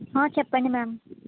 చెప్పండి మ్యామ్